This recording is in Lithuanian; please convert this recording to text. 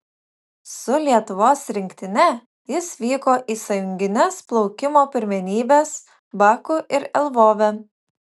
su lietuvos rinktine jis vyko į sąjungines plaukimo pirmenybes baku ir lvove